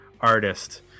artist